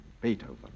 Beethoven